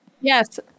Yes